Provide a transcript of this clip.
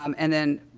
um and then,